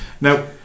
Now